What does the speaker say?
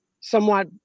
somewhat